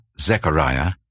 Zechariah